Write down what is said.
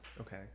Okay